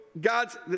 God's